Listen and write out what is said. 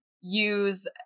use